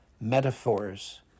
Metaphors